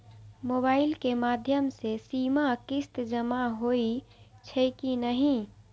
Mobile के माध्यम से सीमा किस्त जमा होई छै कि नहिं?